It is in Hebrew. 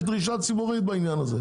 יש דרישה ציבורית בעניין הזה.